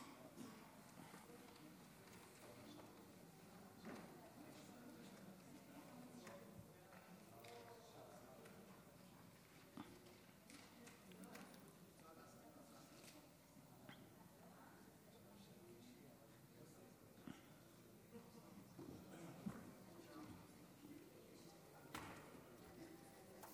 עאידה תומא סלימאן